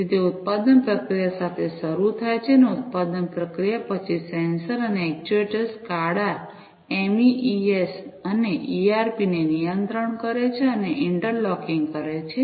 તેથી તે ઉત્પાદન પ્રક્રિયા સાથે શરૂ થાય છે ઉત્પાદન પ્રક્રિયા પછી સેન્સર અને એક્ટ્યુએટર્સ સ્કાડા એમઇએસ અને ઇઆરપી ને નિયંત્રિત કરે છે અને ઇન્ટરલોકિંગ કરે છે